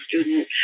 student